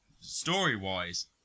story-wise